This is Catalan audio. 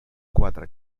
quatre